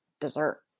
dessert